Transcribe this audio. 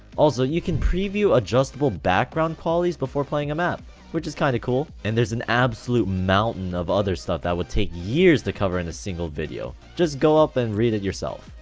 also you can preview adjustable background polys before playing a map which is kind of cool and there's an absolute mountain of other stuff that would take years to cover in a single video just go up and read it yourself.